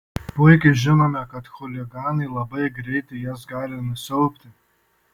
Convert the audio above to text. puikiai žinome kad chuliganai labai greitai jas gali nusiaubti